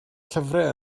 llyfrau